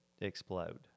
explode